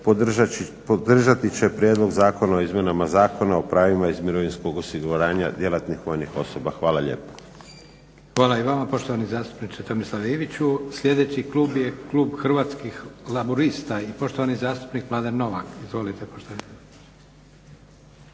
podržati će Prijedlog zakona o izmjenama Zakona o pravima iz mirovinskog osiguranja djelatnih vojnih osoba. Hvala lijepo. **Leko, Josip (SDP)** Hvala i vama poštovani zastupniče Tomislave Iviću. Sljedeći klub je klub Hrvatskih laburista i poštovani zastupnik Mladen Novak. Izvolite poštovani.